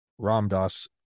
Ramdas